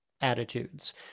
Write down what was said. attitudes